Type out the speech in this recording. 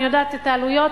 אני יודעת את העלויות,